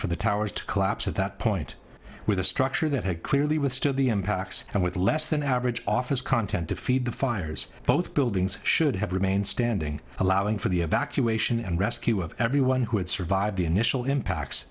for the towers to collapse at that point with a structure that had clearly withstood the impacts and with less than average office content to feed the fires both buildings should have remained standing allowing for the evacuation and rescue of everyone who had survived the initial impacts